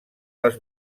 les